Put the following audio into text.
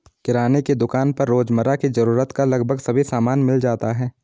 किराने की दुकान पर रोजमर्रा की जरूरत का लगभग सभी सामान मिल जाता है